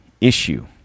issue